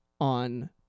on